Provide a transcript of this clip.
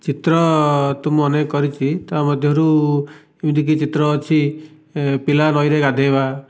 ଚିତ୍ର ତ ମୁଁ ଅନେକ କରିଛି ତା ମଧ୍ୟରୁ ଏମିତିକି ଚିତ୍ର ଅଛି ପିଲା ନଈରେ ଗାଧୋଇବା